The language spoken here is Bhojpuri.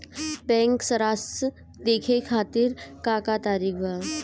बैंक सराश देखे खातिर का का तरीका बा?